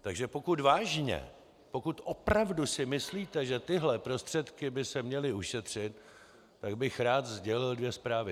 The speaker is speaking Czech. Takže pokud vážně, pokud opravdu si myslíte, že tyto prostředky by se měly ušetřit, tak bych rád sdělil dvě zprávy.